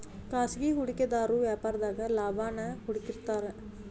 ಖಾಸಗಿ ಹೂಡಿಕೆದಾರು ವ್ಯಾಪಾರದಾಗ ಲಾಭಾನ ಹುಡುಕ್ತಿರ್ತಾರ